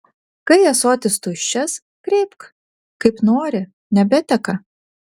kai ąsotis tuščias kreipk kaip nori nebeteka